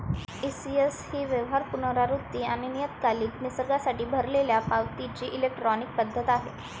ECS ही व्यवहार, पुनरावृत्ती आणि नियतकालिक निसर्गासाठी भरलेल्या पावतीची इलेक्ट्रॉनिक पद्धत आहे